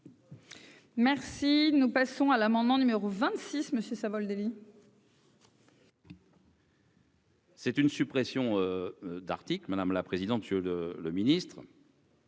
Merci de nous passons à l'amendement numéro 26 Monsieur Savoldelli. C'est une suppression d'articles, madame la présidente, que le le ministre.